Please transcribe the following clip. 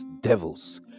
devils